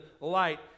light